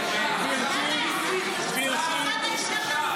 אישרו, אישרו.